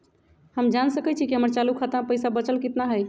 हम जान सकई छी कि हमर चालू खाता में पइसा बचल कितना हई